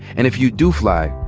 and if you do fly,